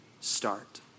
start